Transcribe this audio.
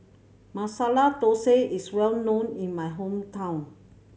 Masala Thosai is well known in my hometown